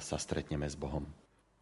sa stretneme s Bohom.